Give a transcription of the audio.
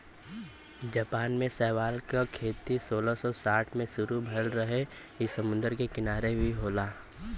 Japan में शैवाल के खेती सोलह सौ साठ से शुरू भयल रहे इ समुंदर के किनारे भी होला